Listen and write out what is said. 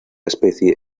especie